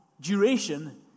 duration